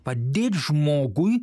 padėt žmogui